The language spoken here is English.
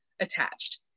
attached